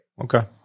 Okay